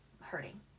hurting